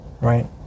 right